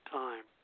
time